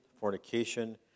fornication